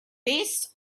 based